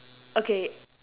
okay